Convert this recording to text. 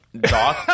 doc